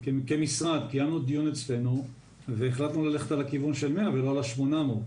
כמשרד קיימנו דיון אצלנו והחלטנו ללכת על הכיוון של 100 ולא ל-800,